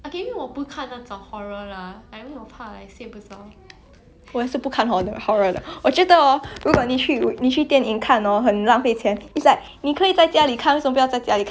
如果你去你去电影看很浪费钱你可以在家里看为什么不要在家里看你买你买那个 ticket then 你去 cinema 你买那个 popcorn what then